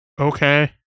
Okay